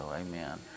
Amen